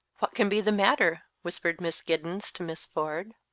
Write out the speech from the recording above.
what can be the matter? whispered miss giddens to miss ford.